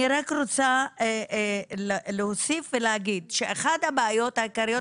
אני רק רוצה להוסיף ולהגיד שאחת הבעיות העיקריות,